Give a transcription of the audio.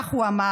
כך הוא אמר,